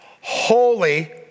Holy